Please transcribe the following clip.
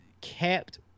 kept